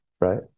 right